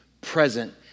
present